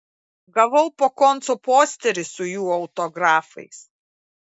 gavau po konco posterį su jų autografais